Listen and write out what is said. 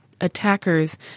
attackers